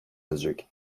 edecek